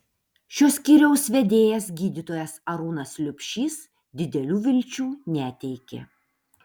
šio skyriaus vedėjas gydytojas arūnas liubšys didelių vilčių neteikė